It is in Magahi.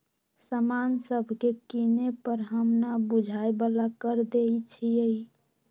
समान सभके किने पर हम न बूझाय बला कर देँई छियइ